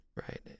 Right